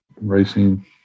Racing